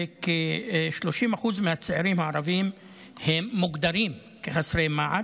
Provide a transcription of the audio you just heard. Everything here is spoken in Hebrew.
וכ-30% מהצעירים הערבים מוגדרים חסרי מעש.